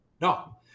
No